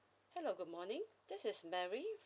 hello good morning this is mary